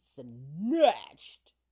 snatched